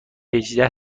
هجده